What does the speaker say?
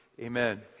Amen